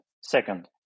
Second